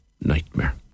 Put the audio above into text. nightmare